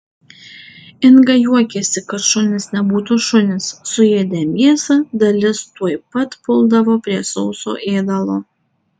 inga juokiasi kad šunys nebūtų šunys suėdę mėsą dalis tuoj pat puldavo prie sauso ėdalo